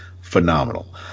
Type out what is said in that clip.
phenomenal